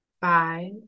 five